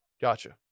Gotcha